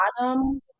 bottom